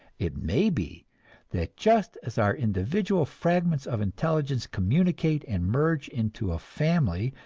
it may be that just as our individual fragments of intelligence communicate and merge into a family,